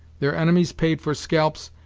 their enemies paid for scalps,